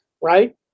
right